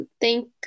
thank